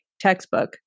textbook